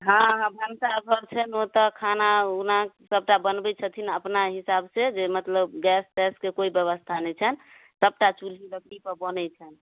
हँ हँ भनसाघर छै ओतऽ खाना उना सबटा बनबै छथिन अपना हिसाबसे जे मतलब गैस तैसके कोइ बेबस्था नहि छै सबटा चुल्हि लकड़ीपर बनै छै